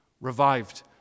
revived